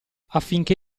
affinché